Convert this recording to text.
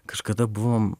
kažkada buvom